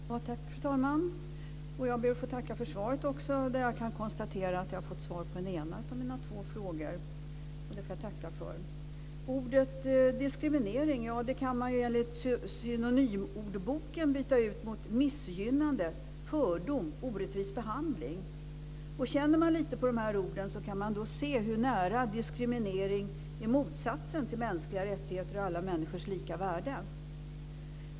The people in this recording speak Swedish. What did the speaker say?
Fru talman! Jag ber att få tacka för svaret. Jag kan konstatera att jag har fått svar på den ena av mina två frågor. Det får jag tacka för. Ordet diskriminering kan man enligt synonymordboken byta ut mot missgynnande, fördom, orättvis behandling. Känner man lite på de orden kan man se hur nära det är att diskriminering är motsatsen till mänskliga rättigheter och alla människors lika värde.